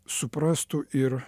suprastų ir